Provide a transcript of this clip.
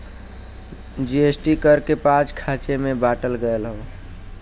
GST कर के पाँच खाँचे मे बाँटल गएल हौ